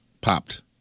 popped